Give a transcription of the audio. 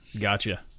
Gotcha